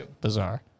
Bizarre